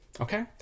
okay